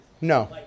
No